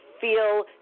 feel